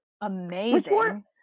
amazing